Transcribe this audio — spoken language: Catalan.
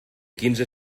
quinze